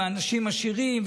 אנשים עשירים,